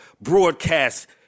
broadcast